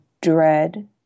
dread